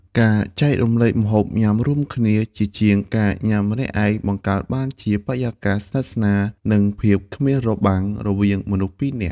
ការចែករំលែកម្ហូបញ៉ាំរួមគ្នា ជាជាងការញ៉ាំម្នាក់ឯង បង្កើតបានជាបរិយាកាសស្និទ្ធស្នាល និងភាពគ្មានរបាំងរវាងមនុស្សពីរនាក់។